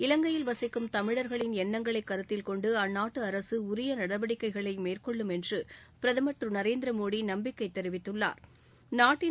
இலங்கையில் வசிக்கும் தமிழர்களின் எண்ணங்களை கருத்தில் கொண்டு அந்நாட்டு அரசு உரிய நடவடிக்கைகளை மேற்கொள்ளும் என்று பிரதமா் திரு நரேந்திர மோடி நம்பிக்கை தெரிவித்துள்ளாா்